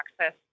access